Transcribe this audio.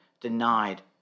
denied